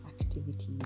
activities